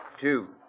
two